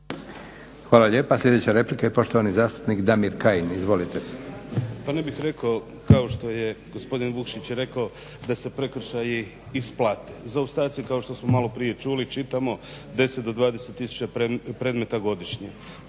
Hvala lijepa. Sljedeća replika i poštovani zastupnik Damir Kajin. Izvolite. **Kajin, Damir (Nezavisni)** Pa ne bih rekao kao što je gospodin Vukšić rekao da se prekršaji isplate. Zaostaci kao što smo maloprije čuli, čitamo deset do dvadeset tisuća predmeta godišnje